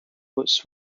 was